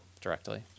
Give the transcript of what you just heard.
directly